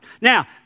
Now